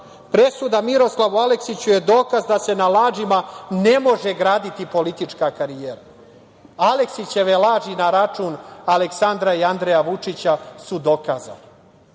Presuda Miroslavu Aleksiću je dokaz da se na lažima ne može graditi politička karijera. Aleksićeve laži na račun Aleksandra i Andreja Vučića su dokazane. To